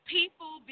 people